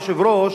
היושב-ראש,